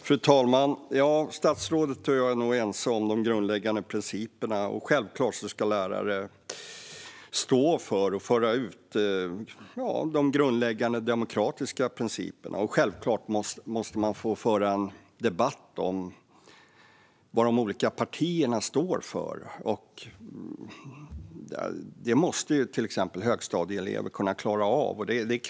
Fru talman! Statsrådet och jag är nog ense om de grundläggande principerna. Självklart ska lärare stå för och föra ut de grundläggande demokratiska principerna, och självklart måste man få föra en debatt om vad de olika partierna står för. Det måste till exempel högstadieelever kunna klara av.